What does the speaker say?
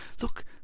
look